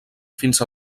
fins